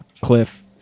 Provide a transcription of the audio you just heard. Cliff